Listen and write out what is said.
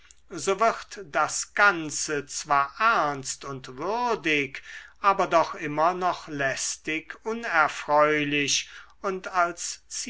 so wird das ganze zwar ernst und würdig aber doch immer noch lästig unerfreulich und als